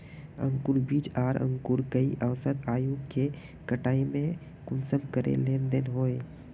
अंकूर बीज आर अंकूर कई औसत आयु के कटाई में कुंसम करे लेन देन होए?